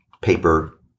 paper